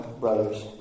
brothers